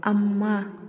ꯑꯃ